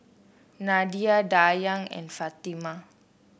Nadia Dayang and Fatimah